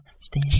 stay